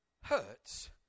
hurts